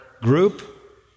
group